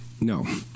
No